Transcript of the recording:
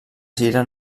gira